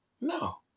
No